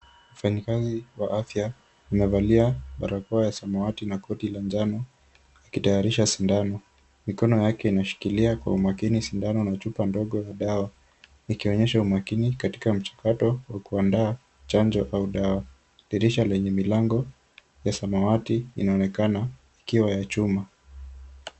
Mfanyikazi wa afya amevalia barakoa ya samawati na koti la njano akitayarisha sindano. Mikono yake inashikilia kwa umakini sindano na chupa ndogo ya dawa ikionyesha umakini katika mchakato wa kuandaa chanjo au dawa. Dirisha lenye milango ya samawati inaonekana ikiwa ya chuma.